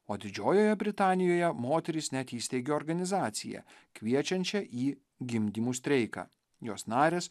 o didžiojoje britanijoje moterys net įsteigė organizaciją kviečiančią į gimdymų streiką jos narės